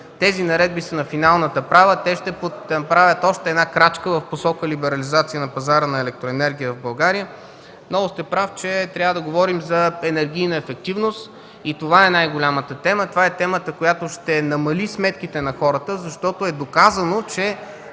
Тези наредби са на финалната права. Ще направят още една крачка в посока либерализация на пазара на електроенергия в България. Много сте прав, че трябва да говорим за енергийна ефективност. Това е най-голямата тема. Това е темата, която ще намали сметките за хората, защото е доказано, че